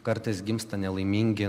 kartais gimsta nelaimingi